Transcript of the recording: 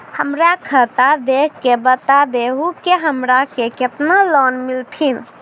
हमरा खाता देख के बता देहु के हमरा के केतना लोन मिलथिन?